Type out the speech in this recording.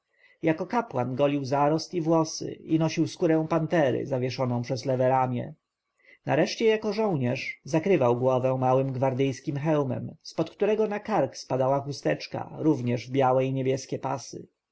jako kapłan golił zarost i włosy i nosił skórę pantery zawieszoną przez lewe ramię nareszcie jako żołnierz nakrywał głowę małym gwardyjskim hełmem z pod którego na kark spadała chusteczka również w białe i niebieskie pasy